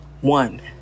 One